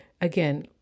again